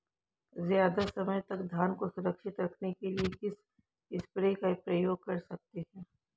ज़्यादा समय तक धान को सुरक्षित रखने के लिए किस स्प्रे का प्रयोग कर सकते हैं?